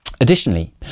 Additionally